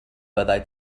byddai